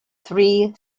three